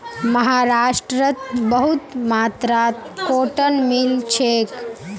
महाराष्ट्रत बहुत मात्रात कॉटन मिल छेक